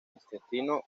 intestino